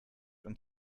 und